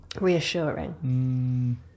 reassuring